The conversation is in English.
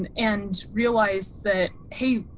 and and realized that, hey,